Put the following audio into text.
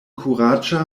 kuraĝa